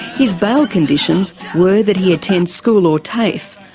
his bail conditions were that he attend school or tafe,